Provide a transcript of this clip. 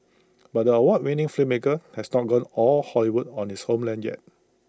but the award winning filmmaker has not gone all Hollywood on this homeland yet